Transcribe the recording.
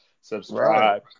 Subscribe